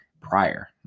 prior